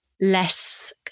less